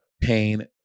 pain